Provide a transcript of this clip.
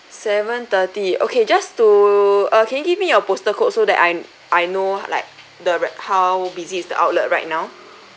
seven thirty okay just to uh can you give me your postal code so that I I know like the re~ how busy is the outlet right now